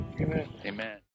Amen